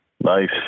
Nice